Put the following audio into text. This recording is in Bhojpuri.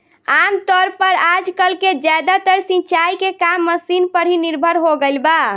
आमतौर पर आजकल के ज्यादातर सिंचाई के काम मशीन पर ही निर्भर हो गईल बा